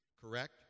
correct